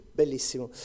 bellissimo